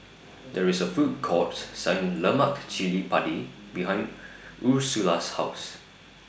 There IS A Food Court Selling Lemak Chili Padi behind Ursula's House